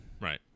Right